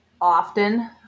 often